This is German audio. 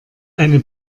eine